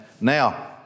now